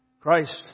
Christ